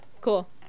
cool